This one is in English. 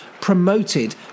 promoted